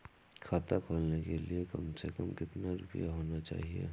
खाता खोलने के लिए कम से कम कितना रूपए होने चाहिए?